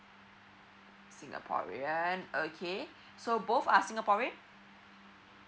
singaporean okay so both are singaporean